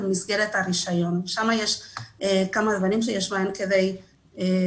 במסגרת הרישיון יש כמה דברים שיש בהם כדי להביא